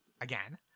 again